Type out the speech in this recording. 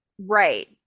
right